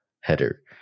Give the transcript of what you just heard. header